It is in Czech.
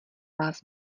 vás